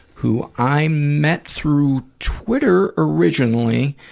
who i met through twitter originally,